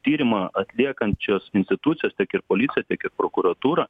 tyrimą atliekančios institucijos tiek ir policija tiek ir prokuratūra